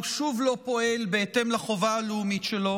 שוב לא פועל בהתאם לחובה הלאומית שלו.